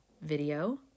video